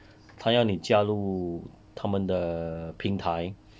他要你加入他们的平台